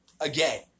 again